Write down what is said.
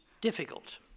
difficult